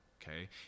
okay